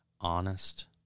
honest